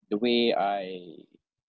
the way I